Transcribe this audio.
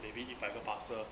maybe 一百个 parcel